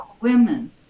women